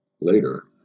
Later